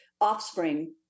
offspring